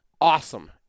awesome